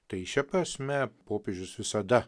tai šia prasme popiežius visada